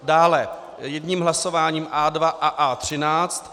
Dále jedním hlasováním A2 a A13.